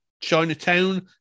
Chinatown